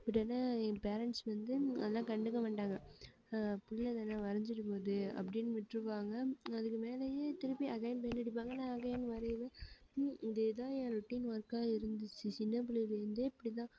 உடனே என் பேரண்ட்ஸ் வந்து அதெல்லாம் கண்டுக்கமாட்டாங்க புள்ளைதான வரஞ்சுட்டு போகுது அப்படினு விட்ருவாங்க அதுக்கு மேலேயே திருப்பி அதே பெயிண்ட் அடிப்பாங்க நான் அகைன் வரைவேன் இதுதான் ஏன் ரொட்டின் ஒர்க்காக இருந்துச்சு சின்னபிள்ளையில இருந்து இப்படிதான்